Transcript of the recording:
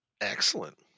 Excellent